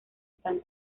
están